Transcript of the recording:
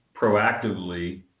proactively